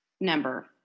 number